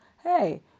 Hey